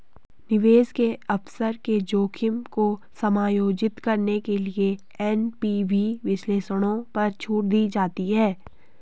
निवेश के अवसर के जोखिम को समायोजित करने के लिए एन.पी.वी विश्लेषणों पर छूट दी जाती है